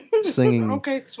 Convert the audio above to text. singing